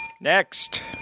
Next